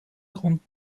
grund